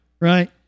Right